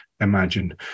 imagine